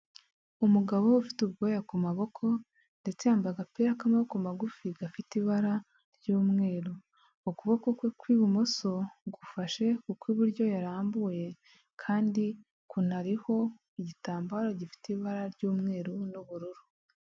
Umugabo ufite ubwoya ku maboko ndetse yambaye agapira k'amaboko magufi gafite ibara ry'umweru, ukuboko kwe kw'ibumoso gufashe ku kw'iburyo yarambuye kandi kunariho, igitambaro gifite ibara ry'umweru n'ubururu.